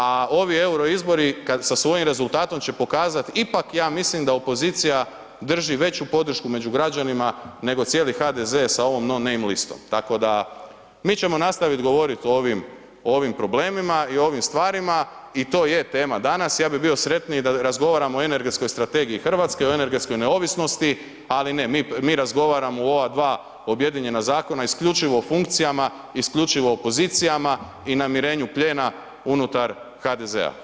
A ovi euro izbori kad sa svojim rezultatom će pokazat ipak ja mislim da opozicija drži veću podršku među građanima nego cijeli HDZ sa ovom no name listom, tako da mi ćemo nastavit govorit o ovim problemima i o ovima stvarima i to je tema danas, ja bi bio sretniji da razgovaramo o energetskoj strategiji Hrvatske, o energetskoj neovisnosti ali ne, mi razgovaramo u ova dva objedinjena zakona isključivo o funkcijama, isključivo o pozicijama i namirenju plijena unutar HDZ-a.